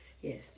yes